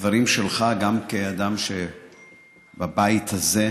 הדברים שלך, גם כאדם שנמצא בבית הזה,